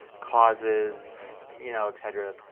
causes, you know etc.